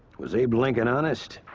was a blanket honest